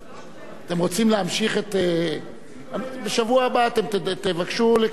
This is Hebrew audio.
חברי הכנסת, יושב-ראש ועדת הכספים,